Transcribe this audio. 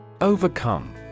Overcome